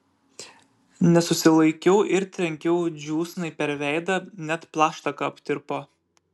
nesusilaikiau ir trenkiau džiūsnai per veidą net plaštaka aptirpo